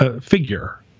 figure